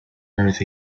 earth